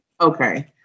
Okay